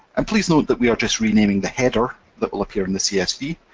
and please note that we are just renaming the header that will appear in the csv.